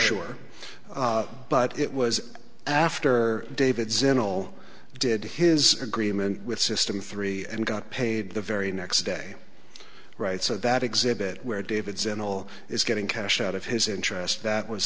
sure but it was after david's inal did his agreement with system three and got paid the very next day right so that exhibit where david's in all its getting cash out of his interest that was